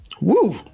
Woo